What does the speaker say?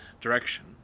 direction